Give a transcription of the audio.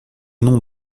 noms